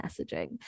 messaging